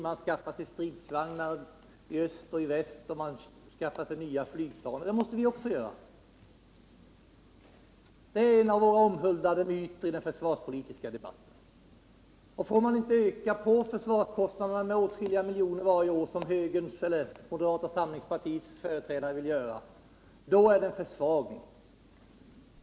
Man skaffar sig stridsvagnar och nya flygplan i öst och väst, och det måste även vi göra. Det är en omhuldad myt i vår försvarspolitiska debatt. Får man inte öka försvarskostnaderna med åtskilliga miljoner kronor varje år, vilket moderata samlingspartiets företrädare vill göra, innebär det en försvagning.